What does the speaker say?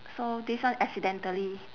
so this one accidentally